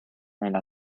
nella